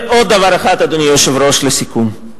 עוד דבר אחד, אדוני היושב-ראש, לסיכום.